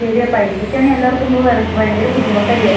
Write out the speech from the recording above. ശരിയാണ് പൈസക്ക് തന്നെ എല്ലാവർക്കും ഇപ്പം ഭയങ്കര ബുദ്ധിമുട്ട് അല്ലേ